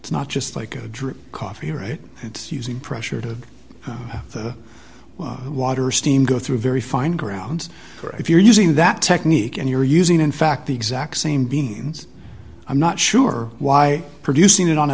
it's not just like a drip coffee right it's using pressure to water steam go through very fine ground or if you're using that technique and you're using in fact the exact same beans i'm not sure why producing it on a